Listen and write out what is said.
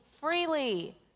freely